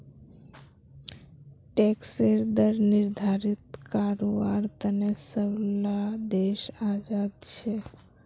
टैक्सेर दर निर्धारित कारवार तने सब ला देश आज़ाद छे